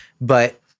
But-